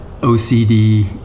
OCD